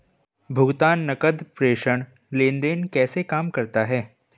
भुगतान नकद प्रेषण लेनदेन कैसे काम करता है?